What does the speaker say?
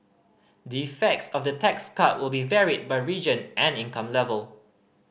the effects of the tax cut will be varied by region and income level